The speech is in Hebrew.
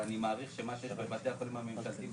ואני מעריך שמה שיש בבתי החולים הממשלתיים,